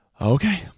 Okay